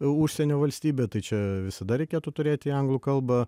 užsienio valstybė tai čia visada reikėtų turėti anglų kalbą